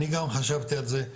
אני גם חשבתי על זה,